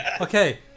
Okay